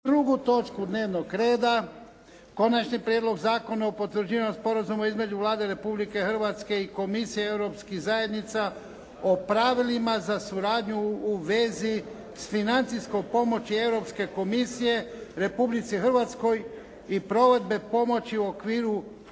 drugu točku dnevnog reda - Konačni prijedlog Zakona o potvrđivanju Sporazuma između Vlade Republike Hrvatske i Komisije europskih zajednica o pravilima za suradnju u vezi s financijskom pomoći Europske komisije Republici Hrvatskoj i provedbe pomoći u okviru